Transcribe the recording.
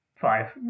Five